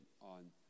on